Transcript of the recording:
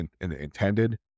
intended